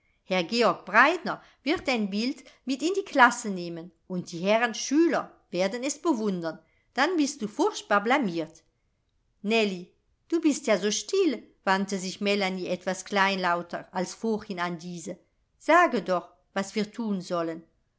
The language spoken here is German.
herr georg breitner wird dein bild mit in die klasse nehmen und die herren schüler werden es bewundern dann bist du furchtbar blamiert nellie du bist ja so still wandte sich melanie etwas kleinlauter als vorhin an diese sage doch was wir thun sollen